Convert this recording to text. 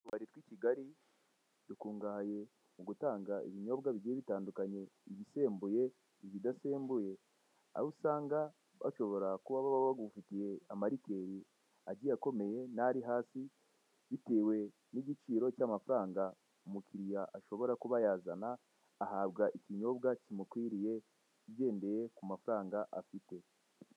Utubari tw'i Kigali dukungaye mu gutanga ibinyobwa bigiye bitandukanye. Ibisembuye, ibidasembuye, aho usanga bashobra kuba baba bagufitiye amarikeri agiye akomeye n'ari hasi. Bitewe n'igiciro cy'amafaranga umukiriya ashobora kuba yazana, ahabwa ikinyobwa kimukwiriye ugendeye ku mafaranga afite.